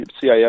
CIS